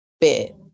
bit